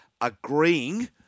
agreeing